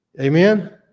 Amen